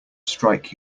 strike